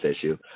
issue